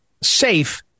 safe